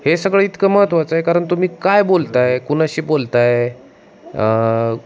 हे सगळं इतकं महत्त्वाचं आहे कारण तुम्ही काय बोलत आहे कुणाशी बोलत आहे